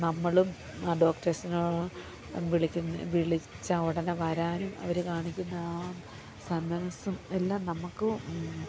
നമ്മളും ആ ഡോക്ടേഴ്സിനോ വിളിക്കുന്നെ വിളിച്ചാല് ഉടനെ വരാനും അവര് കാണിക്കുന്ന ആ സന്മനസ്സും എല്ലാം നമുക്കും